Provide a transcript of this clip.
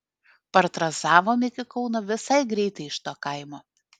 partranzavom iki kauno visai greitai iš to kaimo